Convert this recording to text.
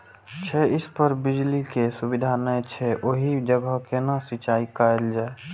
छै इस पर बिजली के सुविधा नहिं छै ओहि जगह केना सिंचाई कायल जाय?